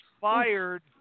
fired